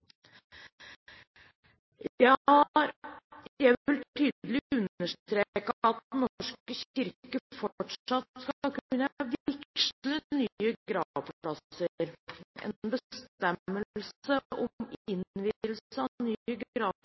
Jeg vil tydelig understreke at Den norske kirke fortsatt skal kunne vigsle nye gravplasser. En bestemmelse om innvielse av nye